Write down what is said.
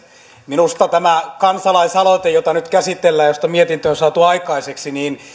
minusta tämä kansalaisaloite jota nyt käsitellään ja josta mietintö on saatu aikaiseksi